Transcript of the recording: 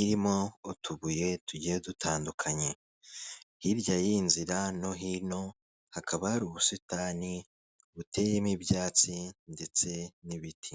irimo utubuye tugiye dutandukanye, hirya y'iyi nzira no hino hakaba hari ubusitani buteyemo ibyatsi ndetse n'ibiti.